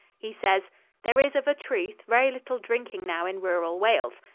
he says there is, of a truth, very little drinking now in rural wales.